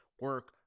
Work